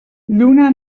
lluna